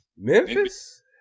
Memphis